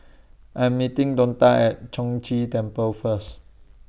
I'm meeting Donta At Chong Ghee Temple First